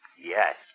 Yes